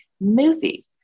movie